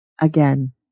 Again